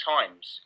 Times